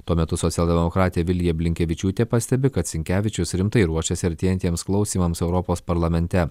tuo metu socialdemokratė vilija blinkevičiūtė pastebi kad sinkevičius rimtai ruošiasi artėjantiems klausymams europos parlamente